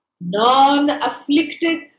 non-afflicted